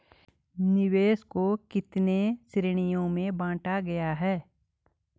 निवेश को कितने श्रेणियों में बांटा गया है?